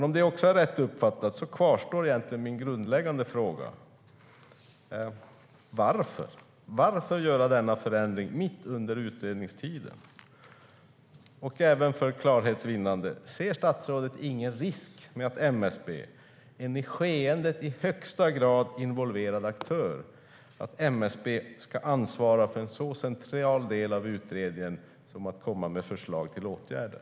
Om det också är rätt uppfattat kvarstår min grundläggande fråga: Varför gör man denna förändring mitt under utredningstiden? Ser statsrådet ingen risk med att MSB, en i skeendet i högsta grad involverad aktör, ska ansvara för en så central del av utredningen som att lägga fram förslag till åtgärder?